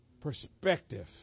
perspective